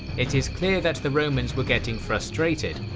it is clear that the romans were getting frustrated,